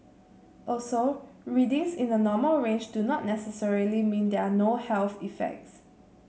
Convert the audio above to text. also readings in the normal range do not necessarily mean there are no health effects